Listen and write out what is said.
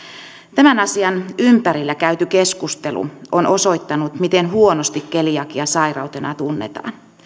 tämän asian ympärillä käyty keskustelu on osoittanut miten huonosti keliakia sairautena tunnetaan